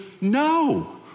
no